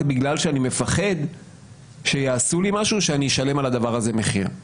בגלל שאני מפחד שיעשו לי משהו ושאני אשלם על הדבר הזה מחיר.